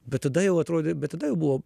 bet tada jau atrodė bet tada jau buvo